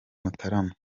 mutarama